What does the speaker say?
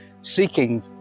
seeking